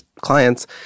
clients